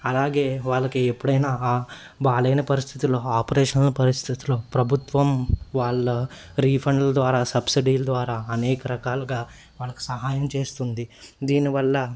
అలాగే వాళ్ళకి ఎప్పుడైనా బాలేన పరిస్థితిలో ఆపరేషన్ పరిస్థితులో ప్రభుత్వం వాళ్ళ రీఫండ్ల ద్వారా సబ్సీడీల్ ద్వారా అనేక రకాలుగా వాళ్ళకి సహాయం చేస్తుంది దీనివల్ల